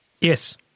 Yes